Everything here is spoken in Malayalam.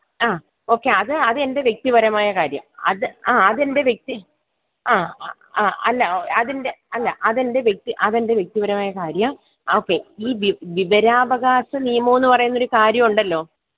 ആ ഓക്കേ അത് അത് എൻ്റെ വ്യക്തിപരമായ കാര്യം അത് ആ അതെൻ്റെ വ്യക്തി അ അ അല്ല അതിൻ്റെ അല്ല അതെൻ്റെ വ്യക്തി അതെൻ്റെ വ്യക്തിപരമായ കാര്യം ഓക്കേ ഈ വിവരാവകാശ നിയമം എന്ന് പറയുന്ന ഒരു കാര്യം ഉണ്ടല്ലോ